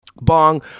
bong